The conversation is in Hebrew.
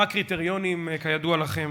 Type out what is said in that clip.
למה התחילו את זה חצי שנה אחרי ההודעה ולא בזמן,